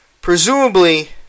presumably